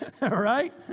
right